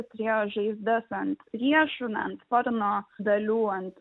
turėjo žaizdas ant riešų ant sparno dalių ant